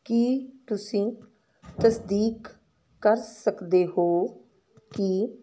ਕੀ ਤੁਸੀਂ ਤਸਦੀਕ ਕਰ ਸਕਦੇ ਹੋ ਕਿ